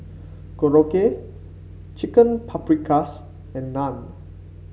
Korokke Chicken Paprikas and Naan